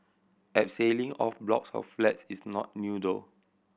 abseiling off blocks of flats is not new though